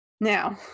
Now